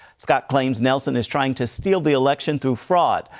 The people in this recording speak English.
scott claims nelson is trying to steal the election through fraud,